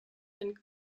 and